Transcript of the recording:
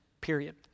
period